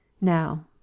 Now